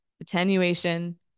attenuation